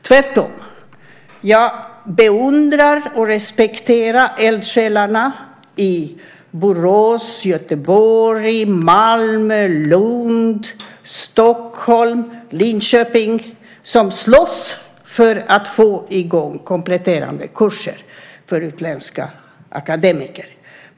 Tvärtom beundrar jag och respekterar eldsjälarna i Borås, Göteborg, Malmö, Lund, Stockholm och Linköping som slåss för att få i gång kompletterande kurser för utländska akademiker.